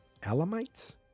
Alamites